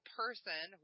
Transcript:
person